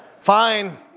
fine